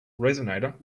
resonator